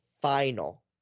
final